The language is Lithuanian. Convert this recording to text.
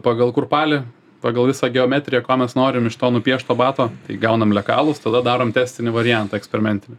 pagal kurpalį pagal visą geometriją ko mes norim iš to nupiešto bato tai gaunam lekalus tada darom testinį variantą eksperimentinį